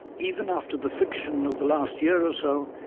even after the friction of the last year or so,